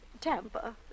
Tampa